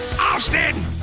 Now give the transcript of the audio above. Austin